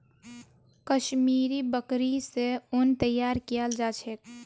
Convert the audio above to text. कश्मीरी बकरि स उन तैयार कियाल जा छेक